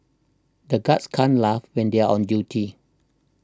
the guards can't laugh when they are on duty